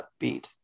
upbeat